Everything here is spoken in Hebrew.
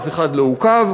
אף אחד לא עוכב,